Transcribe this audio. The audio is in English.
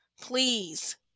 please